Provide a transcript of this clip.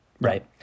right